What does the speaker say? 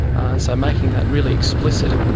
and so making that really explicit,